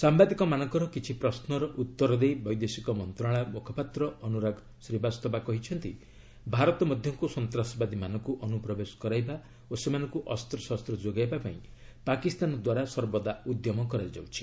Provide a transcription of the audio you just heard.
ସାମ୍ଭାଦିକମାନଙ୍କର କିଛି ପ୍ରଶ୍ମର ଉତ୍ତର ଦେଇ ବୈଦେଶିକ ମନ୍ତ୍ରଣାଳୟ ମୁଖପାତ୍ର ଅନୁରାଗ ଶ୍ରୀବାସ୍ତବା କହିଛନ୍ତି ଭାରତ ମଧ୍ୟକୁ ସନ୍ତ୍ରାସବାଦୀମାନଙ୍କୁ ଅନୁପ୍ରବେଶ କରାଇବା ଓ ସେମାନଙ୍କୁ ଅସ୍ତ୍ରଶସ୍ତ ଯୋଗାଇବା ପାଇଁ ପାକିସ୍ତାନଦ୍ୱାରା ସର୍ବଦା ଉଦ୍ୟମ କରାଯାଉଛି